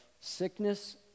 sickness